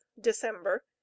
december